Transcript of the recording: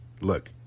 Look